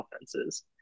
offenses